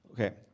Okay